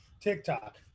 TikTok